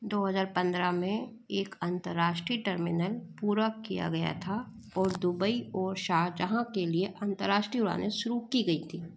दो हजार पंद्रह में एक अंतर्राष्ट्रीय टर्मिनल पूरा किया गया था ओर दुबई ओर शारजहाँ के लिए अंतर्राष्ट्रीय उड़ानें शुरू की गई थीं